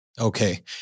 Okay